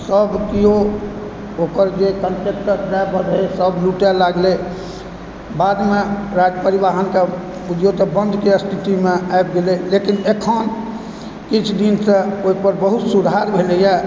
सब केओ ओकर जे कॉंट्रैक्टर ड्राइवर रहै सब लूटै लागलै बादमे राज परिवाहनके बुझियौ तऽ बन्दके स्थितिेमे आबि गेलै लेकिन एखन किछु दिनसँ ओहिपर बहुत सुधार भेलैए